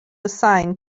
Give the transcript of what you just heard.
assign